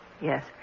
Yes